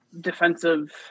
defensive